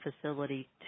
facility